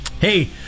Hey